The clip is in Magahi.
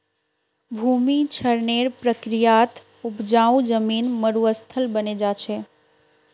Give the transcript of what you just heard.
भूमि क्षरनेर प्रक्रियात उपजाऊ जमीन मरुस्थल बने जा छे